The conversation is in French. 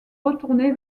retourner